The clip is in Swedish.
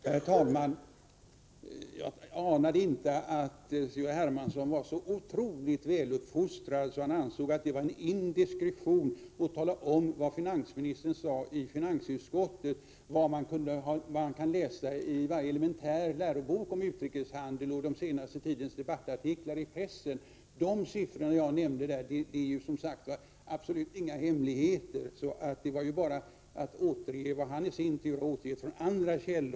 Herr talman! Jag anade inte att C.-H. Hermansson var så otroligt väluppfostrad att han ansåg att det var en indiskretion att tala om vad finansministern sade i finansutskottet. Det jag återgav kan man läsa i varje elementär lärobok om utrikeshandel och i den senaste tidens debattartiklar i pressen. De siffror jag nämnde är som sagt inga hemligheter. Jag återgav bara vad finansministern i sin tur har återgett från andra källor.